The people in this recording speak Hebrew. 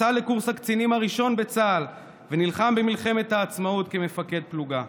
יצא לקורס הקצינים הראשון בצה"ל ונלחם במלחמת העצמאות כמפקד פלוגה.